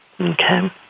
Okay